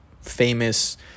famous